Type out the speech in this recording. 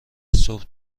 صبح